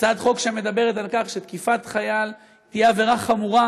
הצעת חוק שמדברת על כך שתקיפת חייל תהיה עבירה חמורה,